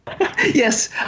Yes